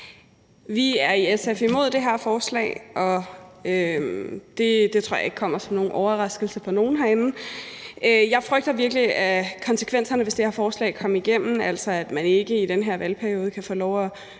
Vi er i SF imod det her forslag, og det tror jeg ikke kommer som nogen overraskelse for nogen herinde. Jeg frygter virkelig konsekvenserne, hvis det her forslag kommer igennem, altså at man ikke i den her valgperiode kan få lov at